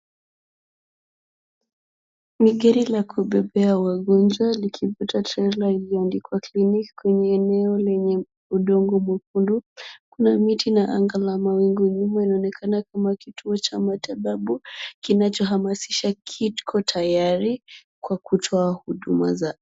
Ni gari la kubebea wagonjwa likivuta trela iliyoandikwa clinic kwenye eneo lenye udongo mwekundu. Kuna miti na anga la mawingu nyuma, inaonekana kama kituo cha matibabu kinachohamasisha kiko tayari kwa kutoa huduma zake.